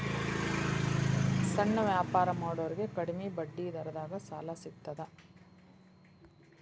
ಸಣ್ಣ ವ್ಯಾಪಾರ ಮಾಡೋರಿಗೆ ಕಡಿಮಿ ಬಡ್ಡಿ ದರದಾಗ್ ಸಾಲಾ ಸಿಗ್ತದಾ?